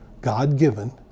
God-given